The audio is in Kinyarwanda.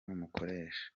n’umukoresha